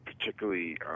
particularly